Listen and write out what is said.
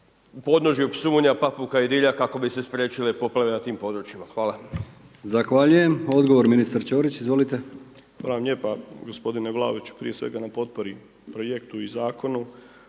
u podnožju Psunja, Papuka i Dilja kako bi se spriječile poplave na tim područjima. Hvala.